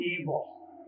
evil